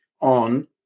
on